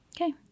Okay